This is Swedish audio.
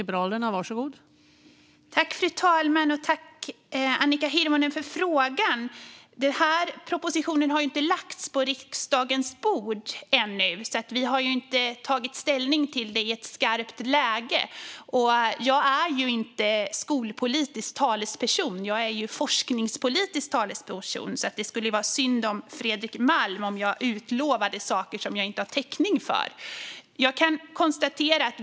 Fru talman! Tack för frågan, Annika Hirvonen! Den propositionen har inte lagts på riksdagens bord ännu. Vi har alltså inte tagit ställning till det i skarpt läge. Jag är inte skolpolitisk talesperson. Jag är forskningspolitisk talesperson. Det skulle vara synd om Fredrik Malm om jag skulle utlova saker som jag inte har täckning för.